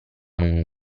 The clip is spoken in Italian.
non